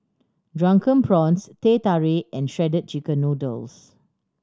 Drunken Prawns Teh Tarik and Shredded Chicken Noodles